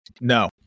No